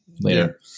later